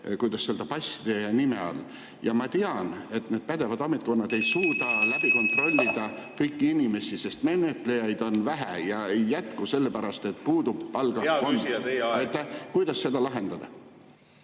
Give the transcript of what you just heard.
(Juhataja helistab kella.) Ja ma tean, et need pädevad ametkonnad ei suuda kontrollida kõiki inimesi, sest menetlejaid on vähe, ja neid ei jätku sellepärast, et puudub palgafond. Hea küsija, teie aeg! Kuidas seda lahendada?